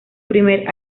primer